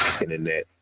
internet